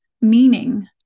meaning